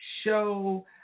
show